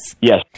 Yes